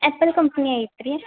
apple company ಐತೆ ರೀ